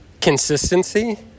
Consistency